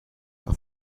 are